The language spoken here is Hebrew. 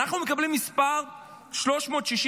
אנחנו מקבלים מספר 365,000,